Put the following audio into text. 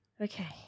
Okay